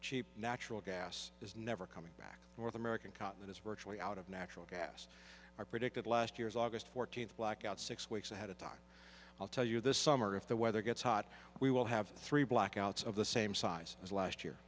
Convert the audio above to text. cheap natural gas is never coming back north american cotton is virtually out of natural gas i predicted last years august fourteenth blackout six weeks ahead of time i'll tell you this summer if the weather gets hot we will have three blackouts of the same size as last year